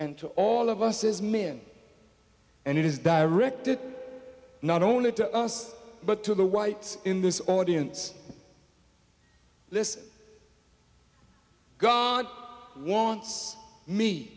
to all of us as men and it is directed not only to us but to the whites in this audience this god wants me